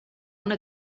una